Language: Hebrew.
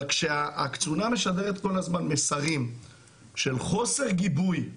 אבל כשהקצונה משדרת כל הזמן מסרים של חוסר גיבוי,